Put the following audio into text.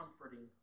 comforting